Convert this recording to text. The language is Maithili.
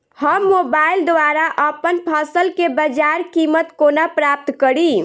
हम मोबाइल द्वारा अप्पन फसल केँ बजार कीमत कोना प्राप्त कड़ी?